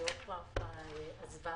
עופרה רוס עזבה.